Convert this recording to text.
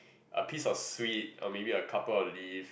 a piece of sweet or maybe a couple of leaf